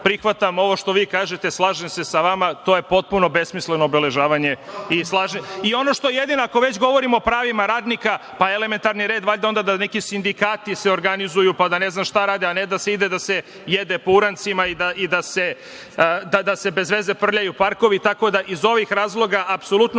prihvatam, evo, ovo što vi kažete, slažem se sa vama, to je potpuno besmisleno obeležavanje. I ono što je jedino, ako već govorimo o pravima radnika, pa, elementarni red valjda onda da neki sindikati se organizuju pa, da ne znam šta rade, a, ne da se ide da se jede po urancima i da se bez veze, prljaju parkovi. Tako da, iz ovih razloga apsolutno